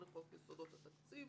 לחוק יסודות התקציב,